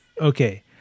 Okay